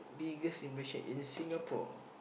biggest impression in Singapore